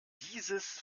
dieses